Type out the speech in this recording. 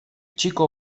chico